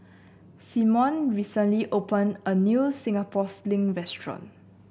Simone recently open a new Singapore Sling restaurant